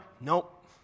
Nope